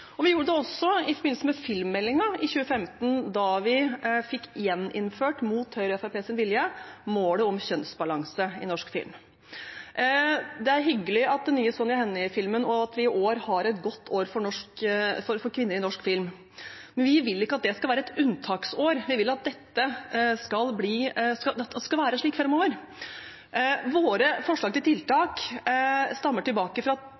2015. Vi gjorde det også i forbindelse med filmmeldingen i 2015, da vi fikk gjeninnført – mot Høyre og Fremskrittspartiets vilje – målet om kjønnsbalanse i norsk film. Det er hyggelig med den nye Sonja Henie-filmen og at vi i år har et godt år for kvinner i norsk film, men vi vil ikke at det skal være et unntaksår. Vi vil at det skal være slik framover. Våre forslag til tiltak går tilbake